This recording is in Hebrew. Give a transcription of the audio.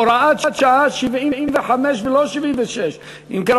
הוראת שעה 75 ולא 76. אם כן,